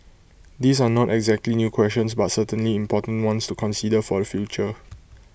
these are not exactly new questions but certainly important ones to consider for the future